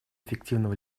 эффективного